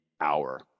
hour